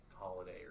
holiday